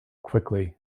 quickly